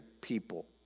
people